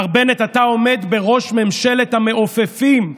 מר בנט, אתה עומד בראש ממשלת המעופפים.